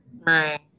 right